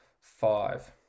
five